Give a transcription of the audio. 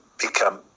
become